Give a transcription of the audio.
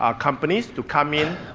ah companies, to come in,